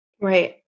right